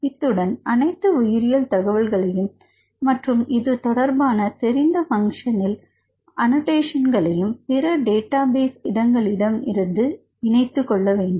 இத்துடன் அனைத்து உயிரியல் தகவல்கலையும் மற்றும் இது தொடர்பான தெரிந்த பங்ஷனில் அன்னோடேஷனகளையும் பிற டேட்டாபேஸ் இடங்களிலிருந்து இணைத்துக்கொள்ள வேண்டும்